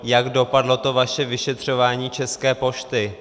Jak dopadlo to vaše vyšetřování České pošty?